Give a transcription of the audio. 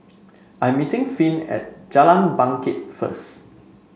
I'm meeting Finn at Jalan Bangket first